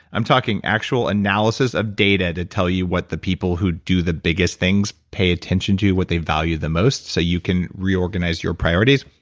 i'm talking actual analysis of data to tell you what the people who do the biggest things pay attention to what they value the most so you can reorganize your priorities,